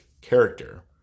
character